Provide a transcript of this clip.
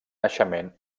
naixement